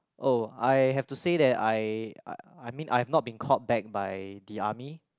oh I have to say I I mean I have not been called back by the army